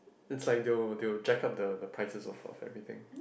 it's like they will they will jack up the the prices of of everything